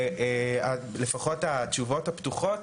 לפחות התשובות הפתוחות,